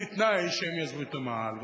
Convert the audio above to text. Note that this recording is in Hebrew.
בתנאי שהם יעזבו את המאהל.